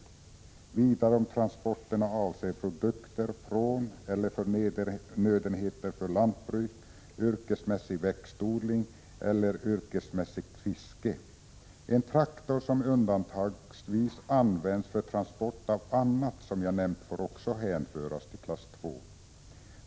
Detsamma gäller om transporterna avser produkter från eller förnödenheter för lantbruk, yrkesmässig växtodling eller yrkesmässigt fiske. En traktor som undantagsvis används för transport av annat som jag nämnt får också hänföras till klass IT.